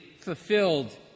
fulfilled